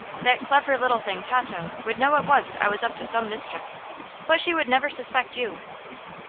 that clever little thing, tato, would know at once i was up to some mischief but she would never suspect you.